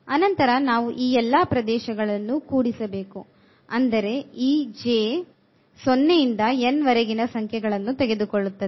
ಅನಂತರ ನಾವು ಈ ಎಲ್ಲಾ ಪ್ರದೇಶಗಳನ್ನು ಕೊಡಿಸಬೇಕು ಅಂದರೆ ಈ j 0 ಇಂದ n ವರೆಗಿನ ಸಂಖ್ಯೆಗಳನ್ನು ತೆಗೆದುಕೊಳ್ಳುತ್ತದೆ